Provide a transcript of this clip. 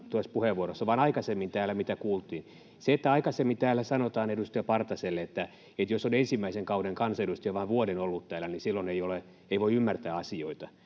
seisomaan täällä!] vaan mitä kuultiin täällä aikaisemmin. Se, että aikaisemmin täällä sanottiin edustaja Partaselle, että jos on ensimmäisen kauden kansanedustaja, vain vuoden ollut täällä, niin silloin ei voi ymmärtää asioita.